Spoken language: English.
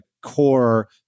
core